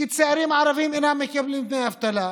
כי צעירים ערבים אינם מקבלים דמי אבטלה,